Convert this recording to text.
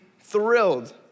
thrilled